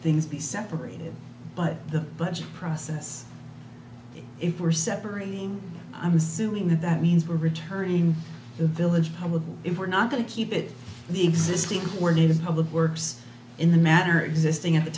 things be separated but the budget process if we're separating i'm assuming that that means we're returning the village probably if we're not going to keep it the existing where needed public works in the matter existing at the